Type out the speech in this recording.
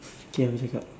K habis cakap